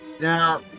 Now